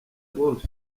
golf